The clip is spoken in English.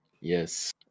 Yes